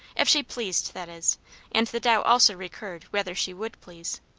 if she pleased, that is and the doubt also recurred, whether she would please.